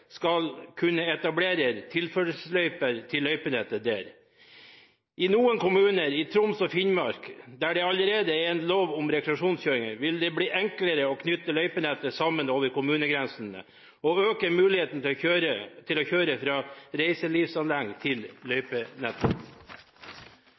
skal kunne etablere tilførselsløyper til løypenettet der. I noen kommuner i Troms og Finnmark, der det allerede er en lov om rekreasjonskjøring, vil det bli enklere å knytte løypenettet sammen over kommunegrensene og øke muligheten til å kjøre fra reiselivsanlegg til